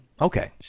Okay